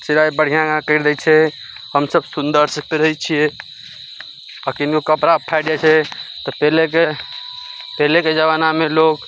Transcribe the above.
सिलाइ बढ़िऑं गाँव कैरि दै छै हमसब सुन्दर सऽ पेढ़ै छियै अखिनगो कपड़ा फाटि जाइ छै तऽ पहिलेके पहिलेके जमानामे लोग